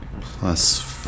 Plus